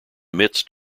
midst